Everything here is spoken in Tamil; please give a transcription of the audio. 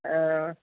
ஆ